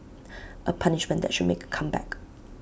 A punishment that should make A comeback